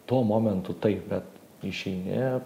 tuo momentu taip bet išeini